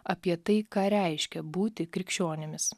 apie tai ką reiškia būti krikščionimis